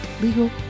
legal